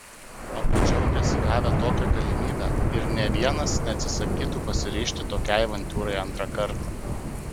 abu džiaugėsi gavę tokią galimybę ir nė vienas neatsisakytų pasiryžti tokiai avantiūrai antrą kartą